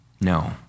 no